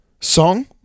song